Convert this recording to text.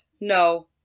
no